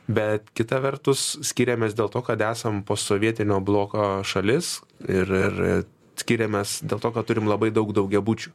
bet kita vertus skiriamės dėl to kad esam posovietinio bloko šalis ir ir skiriamės dėl to kad turim labai daug daugiabučių